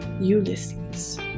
Ulysses